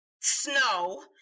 Snow